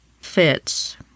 fits